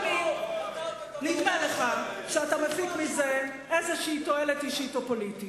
גם אם נדמה לך שאתה מפיק מזה איזו תועלת אישית או פוליטית.